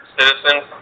citizens